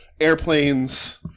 airplanes